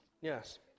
Yes